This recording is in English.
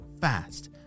fast